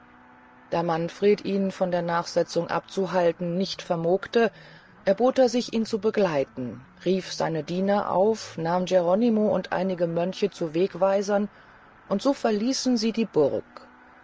da manfred ihn von der nachsetzung abzuhalten nicht vermogte erbot er sich ihn zu begleiten rief seine diener auf nahm geronimo und einige mönche zu wegweisern und so verließen sie die burg